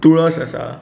तूळस आसा